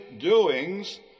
doings